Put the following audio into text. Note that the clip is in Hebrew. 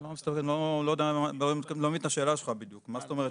אני לא מבין את השאלה שלך בדיוק, מה זאת אומרת?